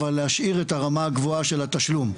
אבל להשאיר את הרמה הגבוהה של התשלום.